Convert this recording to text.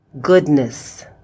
goodness